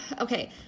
okay